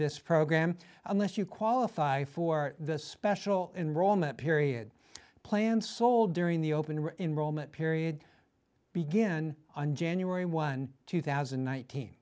this program unless you qualify for this special enroll in that period plan sold during the open enrollment period begin on january one two thousand and nineteen